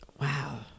Wow